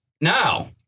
now